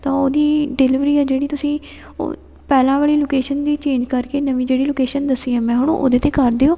ਤਾਂ ਉਹਦੀ ਡਿਲੀਵਰੀ ਆ ਜਿਹੜੀ ਤੁਸੀਂ ਉਹ ਪਹਿਲਾਂ ਵਾਲੀ ਲੋਕੇਸ਼ਨ ਦੀ ਚੇਂਜ ਕਰਕੇ ਨਵੀਂ ਜਿਹੜੀ ਲੋਕੇਸ਼ਨ ਦੱਸੀ ਹੈ ਮੈਂ ਹੁਣ ਉਹਦੇ 'ਤੇ ਕਰ ਦਿਓ